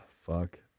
fuck